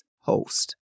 host